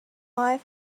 life